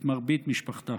את מרבית משפחתה.